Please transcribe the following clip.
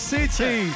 City